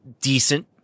decent